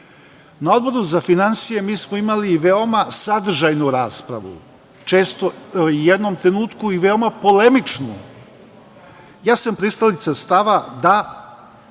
Odboru za finansije mi smo imali veoma sadržajnu raspravu, u jednom trenutku i veoma polemičnu. Pristalica sam stava da